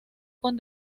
con